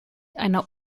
einer